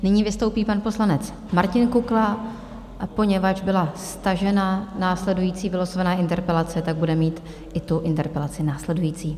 Nyní vystoupí pan poslanec Martin Kukla, a poněvadž byla stažena následující vylosovaná interpelace, bude mít i tu interpelaci následující.